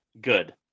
good